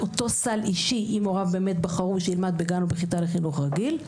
אותו סל אישי אם הוריו באמת בחרו שילמד בגן או בכיתה לחינוך רגיל,